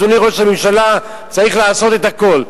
אדוני ראש הממשלה, צריך לעשות את הכול.